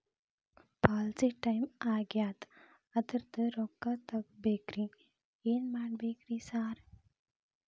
Policy time ಆಗ್ಯಾದ ಅದ್ರದು ರೊಕ್ಕ ತಗಬೇಕ್ರಿ ಏನ್ ಮಾಡ್ಬೇಕ್ ರಿ ಸಾರ್?